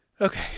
Okay